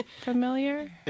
familiar